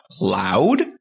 loud